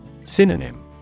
Synonym